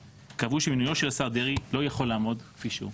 קבעו שמינוי של השר דרעי לא יכול לעמוד כפי שהוא.